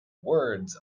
words